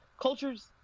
culture's